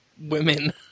women